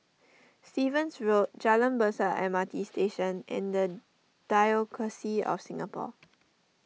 Stevens Road Jalan Besar M R T Station and the Diocese of Singapore